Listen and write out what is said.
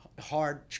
Hard